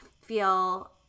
feel